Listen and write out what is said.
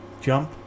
jump